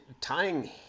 tying